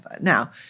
Now